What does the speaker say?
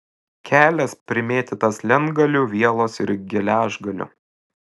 kelias primėtytas lentgalių vielos ir geležgalių